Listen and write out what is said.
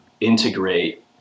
integrate